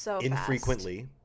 infrequently